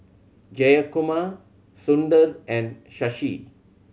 Jayakumar Sundar and Shashi